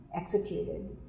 executed